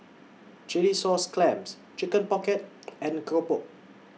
Chilli Sauce Clams Chicken Pocket and Keropok